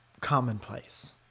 commonplace